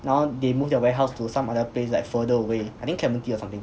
now they move their warehouse to some other place like further away I think clementi or something